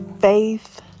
faith